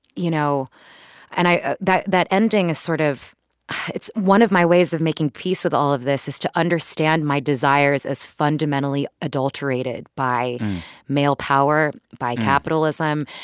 you know and i that that ending is sort of it's one of my ways of making peace with all of this is to understand my desires as fundamentally adulterated by male power, by capitalism,